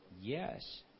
Yes